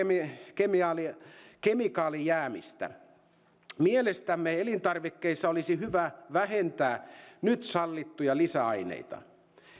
kemikaalijäämistä kemikaalijäämistä mielestämme elintarvikkeissa olisi hyvä vähentää nyt sallittuja lisäaineita